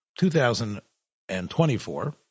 2024